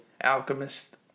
Alchemist